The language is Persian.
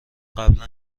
قبلا